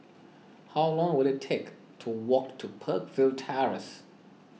how long will it take to walk to Peakville Terrace